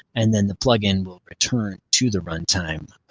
and then the plug in will return to the run time,